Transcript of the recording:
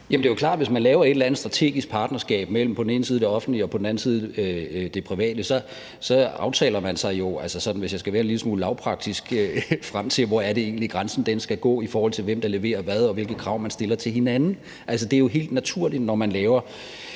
det er jo klart, at hvis man laver et eller andet strategisk partnerskab mellem på den ene side det offentlige og på den anden side det private, aftaler man sig jo – altså, hvis jeg sådan skal være en lille smule lavpraktisk – frem til, hvor det egentlig er, grænsen skal gå, i forhold til hvem der leverer hvad, og hvilke krav man stiller til hinanden. Altså, det er jo helt naturligt, når man laver